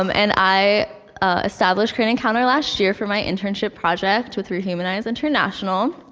um and i established create encounter last year for my internship project with rehumanize international.